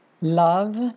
love